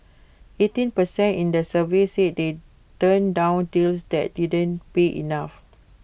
eighteen per cent in the survey said they turned down deals that didn't pay enough